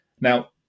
Now